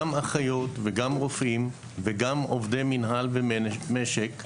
גם אחיות וגם רופאים וגם עובדי מנהל ומשק,